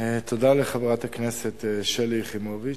תודה לחברת הכנסת שלי יחימוביץ.